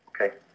Okay